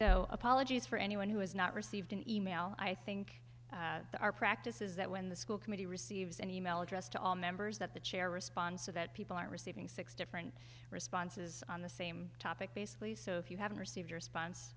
no apologies for anyone who has not received an e mail i think our practice is that when the school committee receives an e mail address to all members that the chair responds to that people are receiving six different responses on the same topic basically so if you haven't received a response